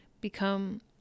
become